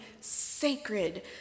sacred